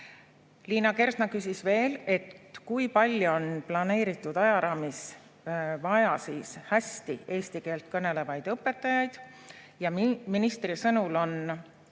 Liina Kersna küsis veel, kui palju on planeeritud ajaraamis vaja hästi eesti keelt kõnelevaid õpetajaid. Ministri sõnul on